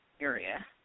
area